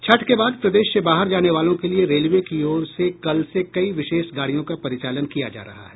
छठ के बाद प्रदेश से बाहर जाने वालों के लिए रेलवे की ओर से कल से कई विशेष गाड़ियों का परिचालन किया जा रहा है